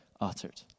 uttered